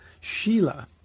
Sheila